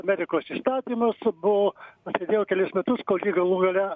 amerikos įstatymus buvo pasėdėjo kelis metus kol jį galų gale